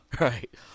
Right